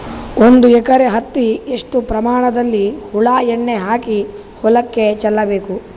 ಒಂದು ಎಕರೆ ಹತ್ತಿ ಎಷ್ಟು ಪ್ರಮಾಣದಲ್ಲಿ ಹುಳ ಎಣ್ಣೆ ಹಾಕಿ ಹೊಲಕ್ಕೆ ಚಲಬೇಕು?